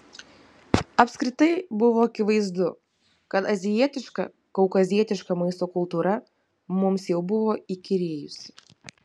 apskritai buvo akivaizdu kad azijietiška kaukazietiška maisto kultūra mums jau buvo įkyrėjusi